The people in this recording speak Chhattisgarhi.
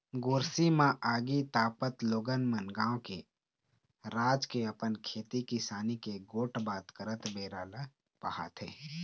गोरसी म आगी तापत लोगन मन गाँव के, राज के, अपन खेती किसानी के गोठ बात करत बेरा ल पहाथे